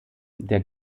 der